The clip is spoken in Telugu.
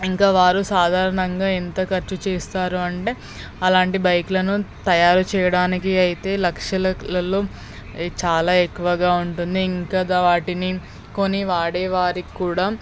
ఇంకా వారు సాధారణంగా ఎంత ఖర్చు చేస్తారు అంటే అలాంటి బైక్లను తయారు చేయడానికి అయితే లక్షల్లో చాలా ఎక్కువగా ఉంటుంది ఇంకా దా వాటిని కొని వాడేవారిక్కూడా